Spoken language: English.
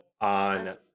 on